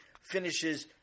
finishes